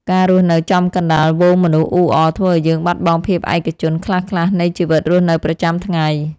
ការរស់នៅចំកណ្តាលហ្វូងមនុស្សអ៊ូអរធ្វើឱ្យយើងបាត់បង់ភាពឯកជនខ្លះៗនៃជីវិតរស់នៅប្រចាំថ្ងៃ។